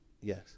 Yes